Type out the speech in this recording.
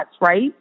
right